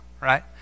right